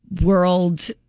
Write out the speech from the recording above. world